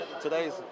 Today's